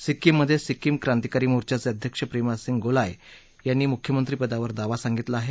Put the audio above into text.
सिक्किम मधे सिक्किम क्रांतीकारी मोर्चाचे अध्यक्ष प्रेमासिंग गोलाय यांनी मुख्यमंत्री पदावर दावा सांगितलं आहे